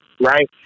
right